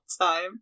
time